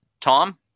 Tom